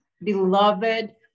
Beloved